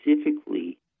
specifically